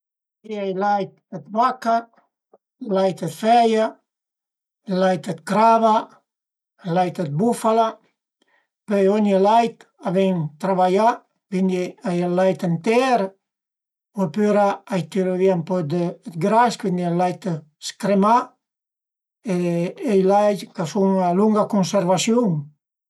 A ie ël lait dë vaca, ël lait dë feia, ël lait dë crava, ël lait dë bufala, pöi ogni lait a ven travaià, cuindi a ie ël lait inter opüra a i tiru vìa ën po dë gras e cuindi ël lait scrëmà e i lait ch'a sun a lunga cunservasiun